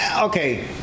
Okay